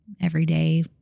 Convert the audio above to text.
everyday